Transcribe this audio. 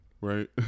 right